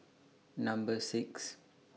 Number six